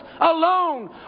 alone